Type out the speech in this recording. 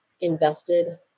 invested